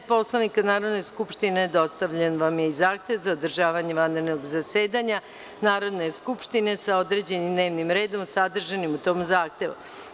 Poslovnika Narodne skupštine, dostavljen vam je i zahtev za održavanje vanrednog zasedanja Narodne skupštine sa određenim dnevnim redom sadržanim u tom zahtevu.